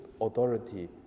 authority